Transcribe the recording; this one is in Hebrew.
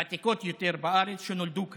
ותיקות יותר בארץ, שנולדו כאן.